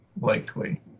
likely